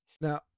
now